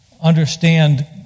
understand